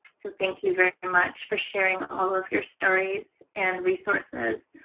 so thank you very much for sharing all of your stories and resources.